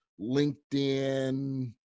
LinkedIn